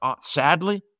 sadly